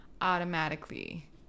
automatically